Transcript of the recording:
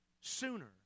sooner